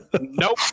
Nope